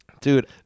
Dude